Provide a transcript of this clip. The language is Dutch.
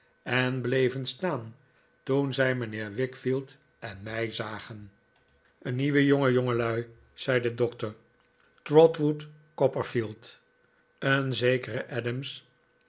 en bleven staan toen zij mijnheer wickfield en mij zagen een nieuwe jongen jongelui zei de doctor trotwood copperfield een zekere adams